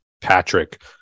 Patrick